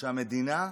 שהמדינה מוציאה,